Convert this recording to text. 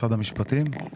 משרד המשפטים.